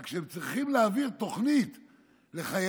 רק שכשהם צריכים להעביר תוכנית לחיילים,